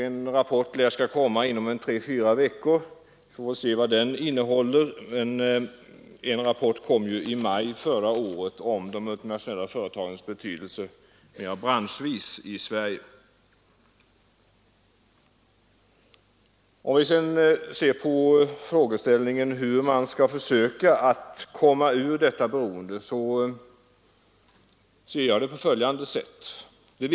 En rapport lär komma inom tre fyra veckor, och då får vi se vad den innehåller. En rapport om de multinationella företagens betydelse branschvis i Sverige kom ju i maj förra året. Frågan hur vi skall försöka komma ur detta beroende ser jag på följande sätt.